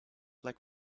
like